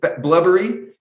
blubbery